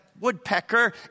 woodpecker